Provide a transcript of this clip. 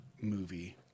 movie